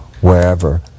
wherever